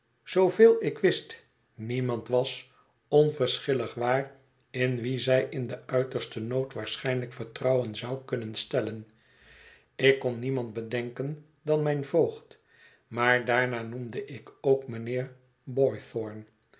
zooveel ik wist niemand was onverschillig waar in wien zij in den uitersten nood waarschijnlijk vertrouwen zou kunnen stellen ik kon niemand bedenken dan mijn voogd maar daarna noemde ik ook mijnheer